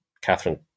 Catherine